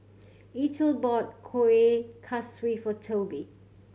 Eithel bought kueh kosui for Toby